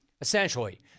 Essentially